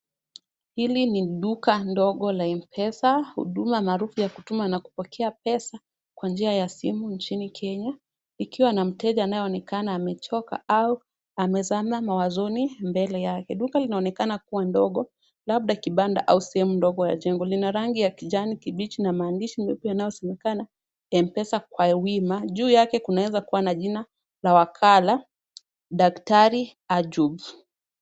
Hili ni duka ndogo la mpesa. Huduma maarufu ya kutuma na kupokea pesa kwa njia ya simu nchini Kenya. Ikiwa na mteja anayeonekana amechoka au amezama mawazoni mbele yake. Duka linaonekana kuwa ndogo labda kibanda au sehemu ndogo ya jengo. Lina rangi ya kijani kibichi na maandishi meupe inayosemekana mpesa kwa wima. Juu yake kunaweza kuwa na jina la wakala Daktari Ajub.